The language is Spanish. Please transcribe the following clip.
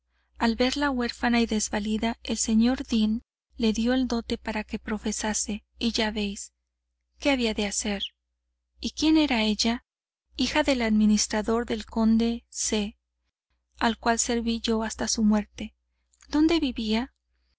al verla huérfana y desvalida el señor deán le dio el dote para que profesase y ya veis que había de hacer y quién era ella hija del administrador del conde de c al cual serví yo hasta su muerte dónde vivía